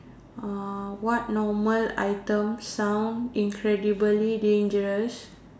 uh what normal item sound incredibly dangerous